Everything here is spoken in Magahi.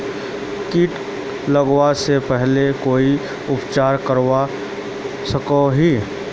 किट लगवा से पहले कोई उपचार करवा सकोहो ही?